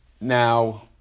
now